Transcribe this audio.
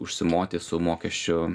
užsimoti su mokesčių